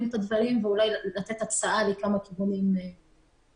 את הדברים ולתת הצעה לכמה כיוונים אפשריים.